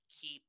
keep